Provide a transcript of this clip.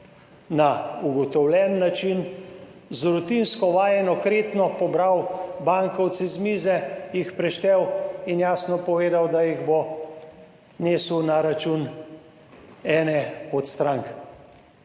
(nadaljevanje) rutinsko vajeno kretnjo pobral bankovce z mize, jih preštel in jasno povedal, da jih bo nesel na račun ene od strank.